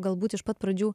galbūt iš pat pradžių